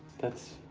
that's,